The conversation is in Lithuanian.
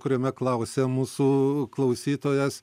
kuriame klausia mūsų klausytojas